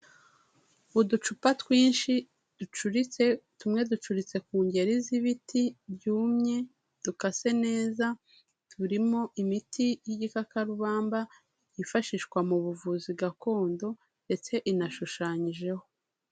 Uducupa twinshi ducuritse tumwe ducuritse ku ngeri z'ibiti byumye dukase neza, turimo imiti y'igikakarubamba yifashishwa mu buvuzi gakondo ndetse inashushanyijeho.